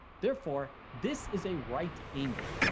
therefore, this is a right angle.